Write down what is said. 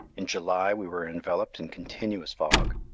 in july we were enveloped in continuous fog,